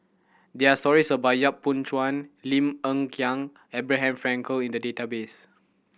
there are stories about Yap Boon Chuan Lim Hng Kiang Abraham Frankel in the database